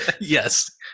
yes